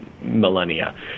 millennia